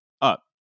up